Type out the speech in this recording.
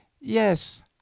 yes